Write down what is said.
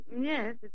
Yes